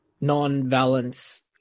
Non-valence